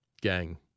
gang